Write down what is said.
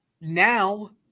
now